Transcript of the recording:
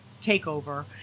takeover